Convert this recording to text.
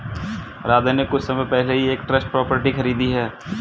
राधे ने कुछ समय पहले ही एक ट्रस्ट प्रॉपर्टी खरीदी है